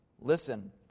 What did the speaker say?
listen